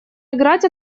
играть